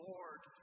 Lord